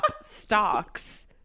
stocks